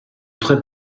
très